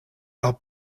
are